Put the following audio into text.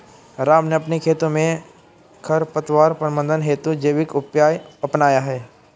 राम ने अपने खेतों में खरपतवार प्रबंधन हेतु जैविक उपाय अपनाया है